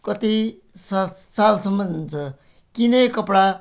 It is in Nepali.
कति सा सालसम्म हुन्छ किनेको कपडा